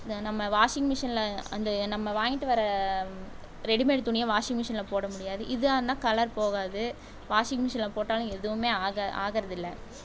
நம்ம வாஷிங் மிஷினில் அந்த நம்ம வாங்கிட்டு வர ரெடிமேட் துணியை வாஷிங் மிஷினில் போட முடியாது இதாயிருந்தா கலர் போகாது வாஷிங் மிஷினில் போட்டாலும் எதுவுமே ஆக ஆகிறதில்ல